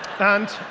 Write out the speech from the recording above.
and